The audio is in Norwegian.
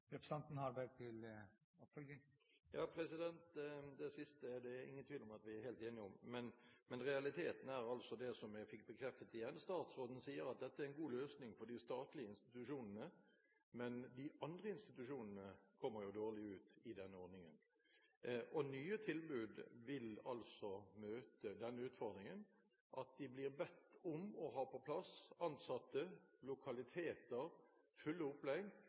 Det siste er det ingen tvil om at vi er helt enige om. Men realiteten er altså det som jeg fikk bekreftet igjen: Statsråden sier at dette er en god løsning for de statlige institusjonene, men de andre institusjonene kommer dårlig ut i denne ordningen. Nye tilbud vil altså møte denne utfordringen – de vil bli bedt om å ha på plass ansatte, lokaliteter,